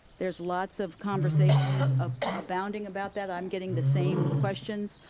there's lots of conversations abounding about that, i'm getting the same questions,